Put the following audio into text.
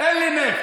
אין לי נפט.